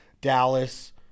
dallas